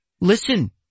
Listen